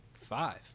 five